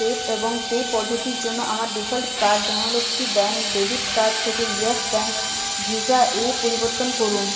tap এবং pay পদ্ধতির জন্য আমার default card Dhanlaxmi bank debit card থেকে ইয়েস ব্যাঙ্ক ভিসায় পরিবর্তন করুন